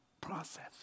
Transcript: process